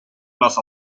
las